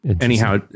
anyhow